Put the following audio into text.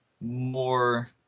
more